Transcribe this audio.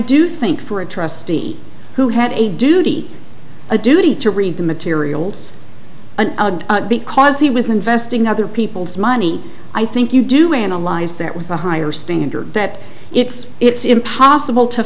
do think for a trustee who had a duty a duty to read the materials and because he was investing other people's money i think you do analyze that with a higher standard that it's it's impossible to